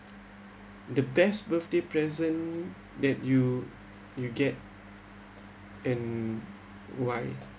the best birthday present that you you get and why